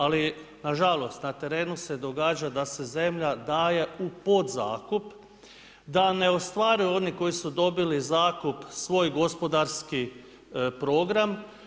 Ali, nažalost, na terenu se događa da se zemlja daje u podzakup, da ne ostvaruju oni koji su dobili zakup, svoj gospodarski program.